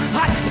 hot